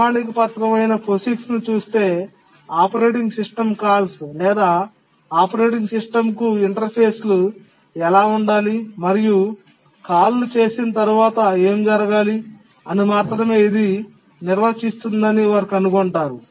ప్రామాణిక పత్రం అయిన POSIX ను చూస్తే ఆపరేటింగ్ సిస్టమ్ కాల్స్ లేదా ఆపరేటింగ్ సిస్టమ్కు ఇంటర్ఫేస్లు ఎలా ఉండాలి మరియు కాల్లు చేసిన తర్వాత ఏమి జరగాలి అని మాత్రమే ఇది నిర్వచిస్తుందని వారు కనుగొంటారు